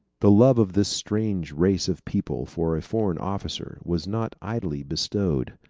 the love of this strange race of people for a foreign officer was not idly bestowed.